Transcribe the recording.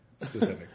Specific